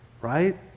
Right